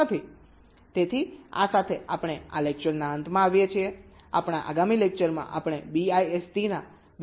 તેથી આ સાથે આપણે આ લેકચરના અંતમાં આવીએ છીએ આપણા આગામી લેકચરમાં આપણે BIST ના બીજા ભાગને જોઈશું